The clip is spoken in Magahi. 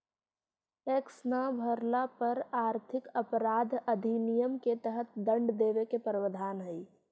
टैक्स न भरला पर आर्थिक अपराध अधिनियम के तहत दंड देवे के प्रावधान हई